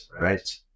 Right